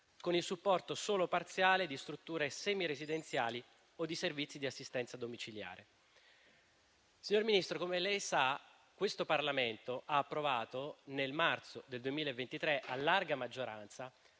con il supporto solo parziale di strutture semiresidenziali o di servizi di assistenza domiciliare. Signor Ministro, come lei sa, nel marzo 2023 questo Parlamento ha approvato a larga maggioranza